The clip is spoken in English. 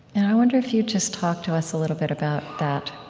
and i wonder if you'd just talk to us a little bit about that